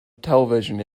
television